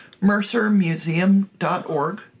mercermuseum.org